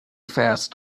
fast